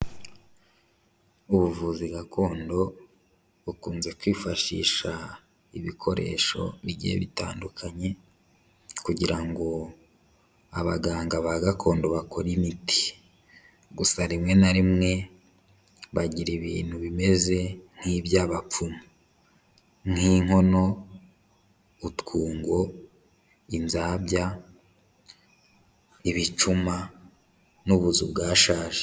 Ubuvuzi gakondo bukunze kwifashisha ibikoresho bigiye bitandukanye kugira ngo abaganga ba gakondo bakore imiti, gusa rimwe na rimwe bagira ibintu bimeze nk'iby'abapfumu, nk'inkono, utwungo, inzabya, ibicuma, n'ubuzu bwashaje.